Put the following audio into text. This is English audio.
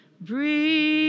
Breathe